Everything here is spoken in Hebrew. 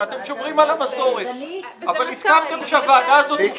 אתם שומרים על המסורת אבל הסכמתם שהוועדה הזאת תוקם אז --- מיקי,